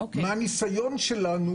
מהניסיון שלנו,